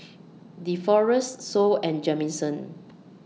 Deforest Sol and Jamison